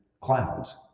clouds